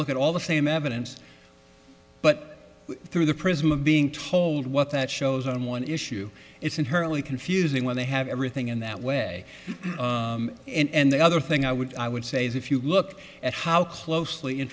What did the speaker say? look at all the same evidence but through the prism of being told what that shows on one issue it's inherently confusing when they have everything in that way and the other thing i would i would say is if you look at how closely in